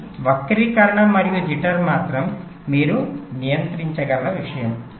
కానీ వక్రీకరణ మరియు జిట్టర్ మాత్రం మీరు నియంత్రించగల విషయం